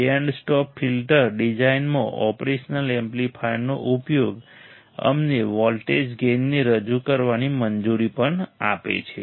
band stop filter ડિઝાઇનમાં operational એમ્પ્લીફાયરનો ઉપયોગ અમને વોલ્ટેજ ગેઇનને રજૂ કરવાની મંજૂરી પણ આપે છે